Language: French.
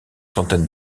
centaines